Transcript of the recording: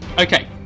Okay